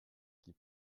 qui